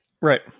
Right